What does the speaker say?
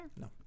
No